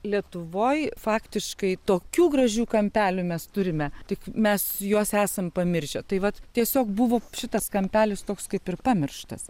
lietuvoj faktiškai tokių gražių kampelių mes turime tik mes juos esam pamiršę tai vat tiesiog buvo šitas kampelis toks kaip ir pamirštas